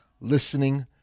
listening